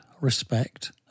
respect